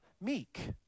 meek